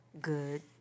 good